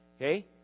okay